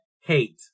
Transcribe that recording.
Hate